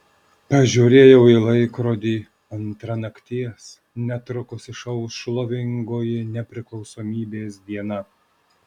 pažiūrėjau į laikrodį antra nakties netrukus išauš šlovingoji nepriklausomybės diena